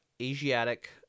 Asiatic